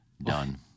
Done